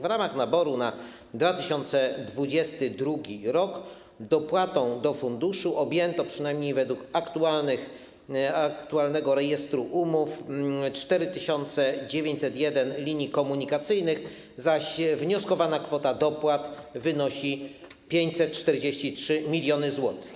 W ramach naboru na 2022 r. dopłatą do funduszu objęto, przynajmniej według aktualnego rejestru umów, 4901 linii komunikacyjnych, zaś wnioskowana kwota dopłat wynosi 543 mln zł.